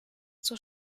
zur